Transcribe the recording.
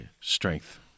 strength